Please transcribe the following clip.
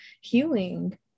healing